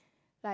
like